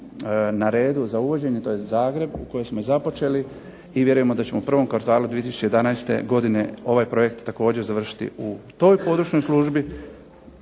na redu za uvođenje, to je Zagreb u kojem smo započeli i vjerujemo da ćemo u prvom kvartalu 2011. godine ovaj projekt također završiti u toj područnoj službi,